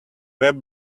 web